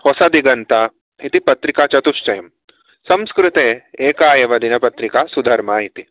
होसदिगन्ता इति पत्रिका चतुष्टयं संस्कृते एका एव दिनपत्रिका सुधर्मा इति